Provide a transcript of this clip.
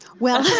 well